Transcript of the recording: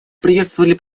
приветствовали